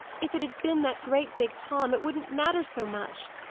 if it had been that great big tom, it wouldn't matter so much,